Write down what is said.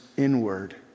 inward